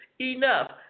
enough